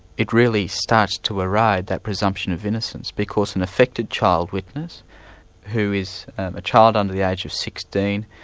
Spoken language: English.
it really starts to erode that presumption of innocence because an affected child witnesses who is a child under the age of sixteen,